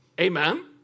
Amen